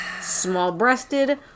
small-breasted